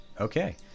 Okay